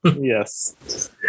Yes